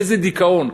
איזה דיכאון,